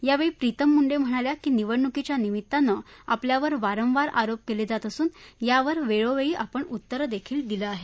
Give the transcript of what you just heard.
यावेळी प्रीतम मुंडे म्हणाल्या की निवडणुकीच्या निमित्तानं आपल्यावर वारंवार आरोप केले जात असून यावर वेळोवेळी आपण उत्तरदेखील दिलं आहे